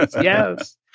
yes